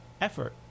effort